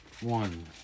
One